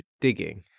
digging